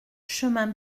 chemin